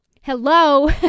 Hello